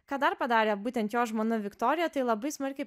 ką dar padarė būtent jo žmona viktorija tai labai smarkiai